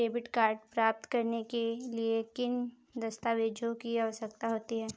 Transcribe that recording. Debit card प्राप्त करने के लिए किन दस्तावेज़ों की आवश्यकता होती है?